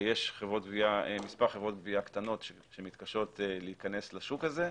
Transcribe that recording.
ויש מספר חברות גבייה קטנות שמתקשות להיכנס לשוק הזה,